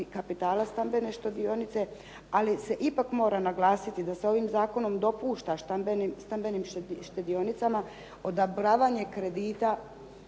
kapitala stambene štedionice. Ali se ipak mora naglasiti da se ovim zakonom dopušta stambenim štedionicama odobravanje kredita,